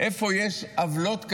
איפה יש עוולות כאלה,